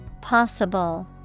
Possible